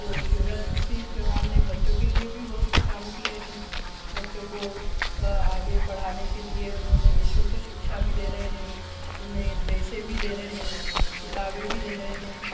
तो शिवराज सी चौहान ने बच्चों के लिए भी बहुत से काम किए हैं बच्चों को आगे पढ़ाने के लिए वह नि शुल्क शिक्षा भी दे रहे हैं उन्हें ड्रेसें भी दे रहे हैं किताबें भी दे रहे हैं